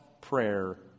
prayer